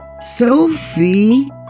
Sophie